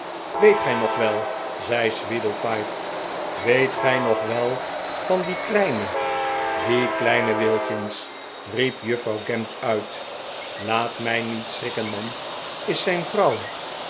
weet gij nog wel zei sweedlepipe weet gij nog wel van dien kleinen den kleinen wilkins riep juffrouw gamp uit laat mij niet schrikken man is zijn vrouw